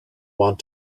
want